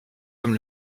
comme